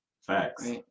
Facts